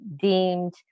deemed